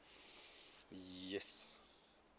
yes